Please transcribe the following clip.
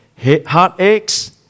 heartaches